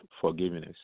forgiveness